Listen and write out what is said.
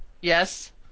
yes